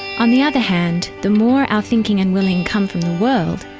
on the other hand, the more our thinking and willing come from the world,